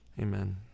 Amen